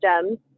systems